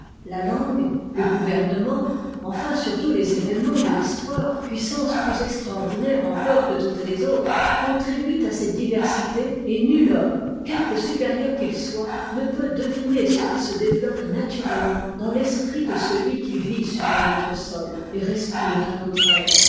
la langue le gouvernement enfin surtout les événements de l'histoire puissance plus extraordinaire encore que toutes les autres contribuent à ces diversités et nul homme quelque supérieur qu'il soit ne peut deviner ce qui se développe naturellement dans l'esprit de celui qui vit sur un autre sol et respire un autre air